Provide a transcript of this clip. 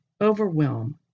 overwhelm